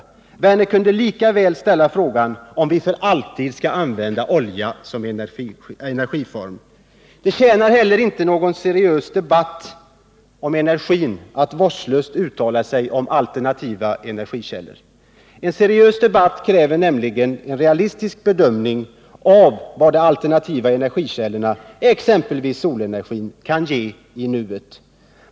Herr Werner kunde lika väl ställa frågan om vi för all tid skall använda olja som energiform. Det tjänar heller inte en seriös debatt om energin att vårdslöst uttala sig om alternativa energikällor. En seriös debatt kräver nämligen en realistisk bedömning av vad de alternativa energikällorna, exempelvis solenergin, kan ge i nuet.